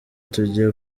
tujye